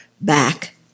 back